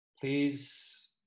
please